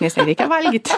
nes jai reikia valgyti